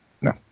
No